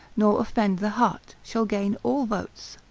nor offend the heart, shall gain all votes.